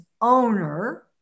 owner